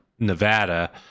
Nevada